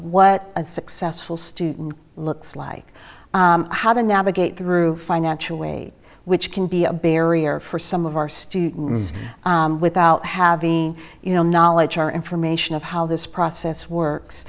what a successful student looks like how to navigate through financial way which can be a barrier for some of our students without having you know knowledge or information of how this process